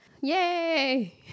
Yay